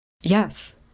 Yes